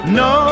no